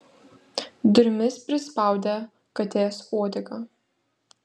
durimis prispaudė katės uodegą